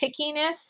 pickiness